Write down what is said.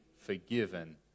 forgiven